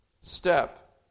step